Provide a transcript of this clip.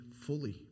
fully